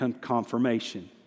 Confirmation